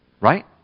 right